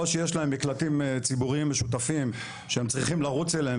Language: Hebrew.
או שיש להם מקלטים ציבוריים משותפים שהם צריכים לרוץ אליהם,